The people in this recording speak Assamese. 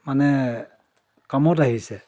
মানে কামত আহিছে